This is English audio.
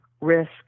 risk